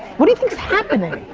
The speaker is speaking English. what do you think's happening?